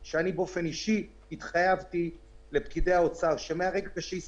כך שזה משבר כל כך